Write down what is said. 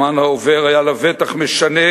הזמן העובר היה לבטח משנה,